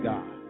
God